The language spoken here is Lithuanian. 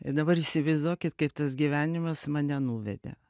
ir dabar įsivaizduokit kaip tas gyvenimas mane nuvedė